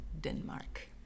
Denmark